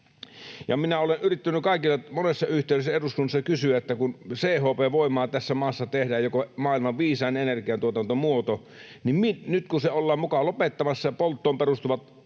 Minä olen yrittänyt monessa yhteydessä eduskunnassa kysyä, että kun CHP-voimaa tässä maassa tehdään, joka on maailman viisain energiantuotantomuoto, niin nyt kun se ollaan muka lopettamassa ja polttoon perustuvat